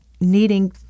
needing